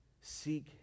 Seek